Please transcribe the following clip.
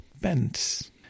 bends